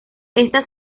esta